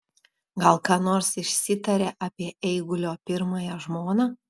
gal ką nors išsitarė apie eigulio pirmąją žmoną